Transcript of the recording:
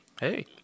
hey